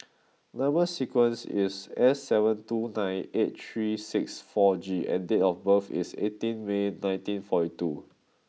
number sequence is S seven two nine eight three six four G and date of birth is eighteen May and nineteen forty two